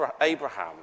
Abraham